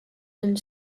and